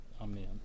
Amen